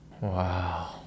Wow